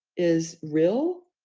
is real,